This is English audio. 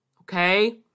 okay